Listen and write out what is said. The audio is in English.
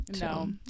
no